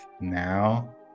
now